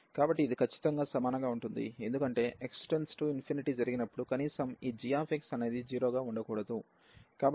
కాబట్టి ఇది ఖచ్చితంగా సమానంగా ఉంటుంది ఎందుకంటే x→∞ జరిగినప్పుడు కనీసం ఈ gఅనేది 0 గా ఉండకూడదు